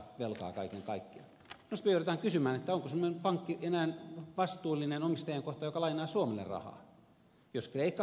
sitten me joudumme kysymään onko semmoinen pankki enää vastuullinen omistajiaan kohtaan joka lainaa suomelle rahaa